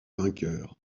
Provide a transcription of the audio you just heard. vainqueurs